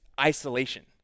isolation